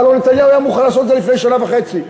הלוא נתניהו היה מוכן לעשות את זה לפני שנה וחצי.